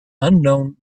unknown